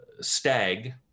stag